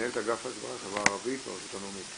מנהלת אגף בחברה הערבית ברשות הלאומית.